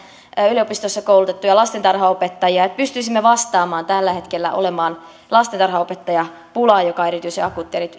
yliopistoissa koulutettuja lastentarhanopettajia ja että pystyisimme vastaamaan tällä hetkellä olevaan lastentarhanopettajapulaan joka on erityisen akuutti